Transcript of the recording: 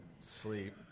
sleep